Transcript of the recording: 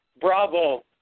bravo